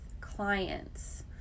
clients